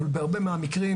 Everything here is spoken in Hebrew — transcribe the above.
אבל בהרבה מהמקרים,